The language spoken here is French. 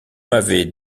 m’avez